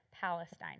Palestine